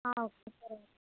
okay sir